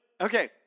Okay